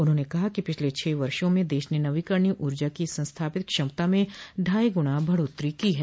उन्होंने कहा कि पिछले छह वर्षों में देश ने नवीकरणीय ऊर्जा की संस्थापित क्षमता में ढाई गुणा बढ़ोतरी की है